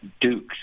Duke's